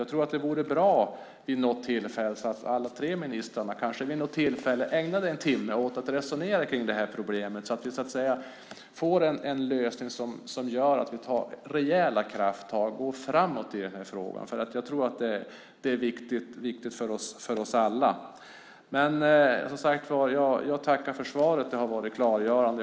Jag tror att det vore bra om alla tre ministrarna vid något tillfälle ägnade en timme åt att resonera om det här problemet så att vi så att säga får en lösning som gör att vi tar rejäla krafttag och går framåt i den här frågan. Jag tror att det är viktigt för oss alla. Jag tackar som sagt för svaret. Det har varit klargörande.